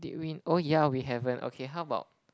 did we oh yeah we haven't okay how about